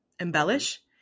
embellish